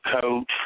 coach